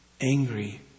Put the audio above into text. angry